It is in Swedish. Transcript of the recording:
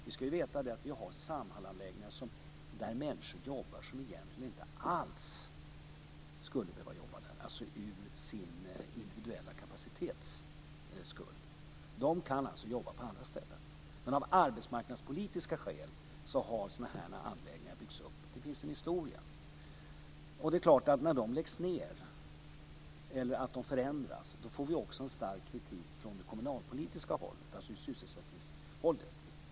Vi ska veta att det finns Samhallanläggningar där människor jobbar som egentligen inte alls skulle behöva jobba där, dvs. för sin individuella kapacitets skull. De kan alltså jobba på andra ställen. Men av arbetsmarknadspolitiska skäl har sådana här anläggningar byggts upp. Det finns en historia. När dessa läggs ned eller förändras får vi naturligtvis också en stark kritik från det kommunalpolitiska hållet, dvs. från ett sysselsättningsperspektiv.